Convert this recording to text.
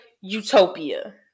utopia